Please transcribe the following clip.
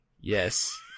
Yes